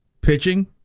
Pitching